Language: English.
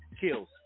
kills